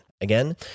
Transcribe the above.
Again